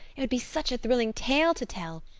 it would be such a thrilling tale to tell.